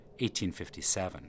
1857